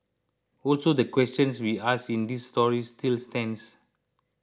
also the questions we ask in this story still stands